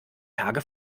tage